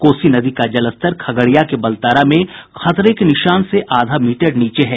कोसी नदी का जलस्तर खगड़िया के बलतारा में खतरे के निशान से आधा मीटर नीचे है